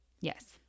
Yes